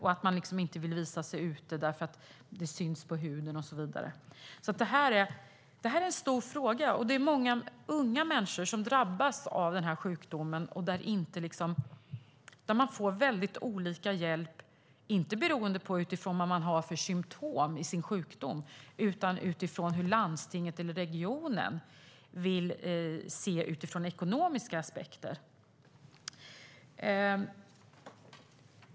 De vill inte visa sig ute därför att det syns på huden och så vidare. Detta är en stor fråga. Det är många unga människor som drabbas av sjukdomen. De får väldigt olika hjälp, inte utifrån vad de har för symtom i sin sjukdom utan utifrån hur landstinget eller regionen ser på det utifrån ekonomiska aspekter.